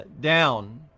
down